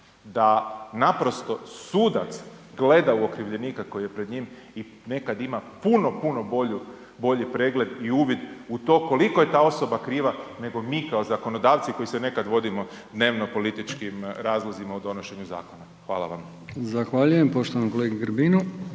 da naprosto sudac gleda u okrivljenika koji je pred njim i nekad ima puno, puno bolji pregled u uvid u to koliko je ta osoba kriva nego mi kao zakonodavci koji se nekad vodimo dnevno-političkim razlozima u donošenju zakona. Hvala vam. **Brkić, Milijan (HDZ)** Zahvaljujem poštovanom kolegi Grbinu.